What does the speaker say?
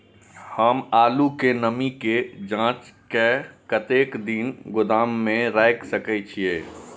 हम आलू के नमी के जाँच के कतेक दिन गोदाम में रख सके छीए?